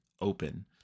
open